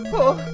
oh,